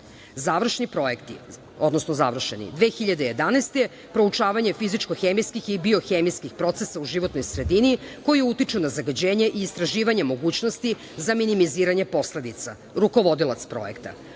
Srbije. Završeni projekti: 2011. godine - proučavanje fizičko-hemijskih i biohemijskih procesa u životnoj sredini koji utiču na zagađenje i istraživanje mogućnosti za minimiziranje posledica, rukovodilac projekta;